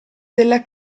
della